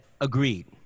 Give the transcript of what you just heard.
Agreed